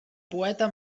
poeta